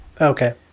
Okay